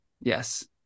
Yes